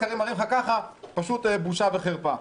סקרים מראים לך ככה פשוט בושה וחרפה.